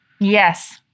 Yes